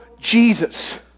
Jesus